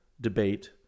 debate